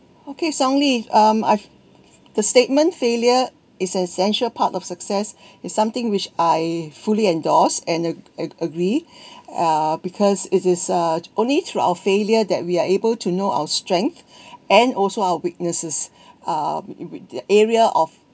okay song-li um I've the statement failure is an essential part of success is something which I fully endorse and ag~ ag~ agree uh because it is uh only through our failure that we are able to know our strength and also our weaknesses um area of